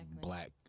black